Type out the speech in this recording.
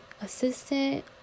assistant